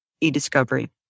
e-discovery